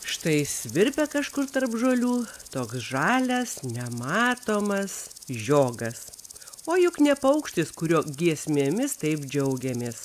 štai svirpia kažkur tarp žolių toks žalias nematomas žiogas o juk ne paukštis kurio giesmėmis taip džiaugiamės